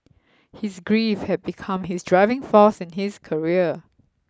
his grief had become his driving force in his career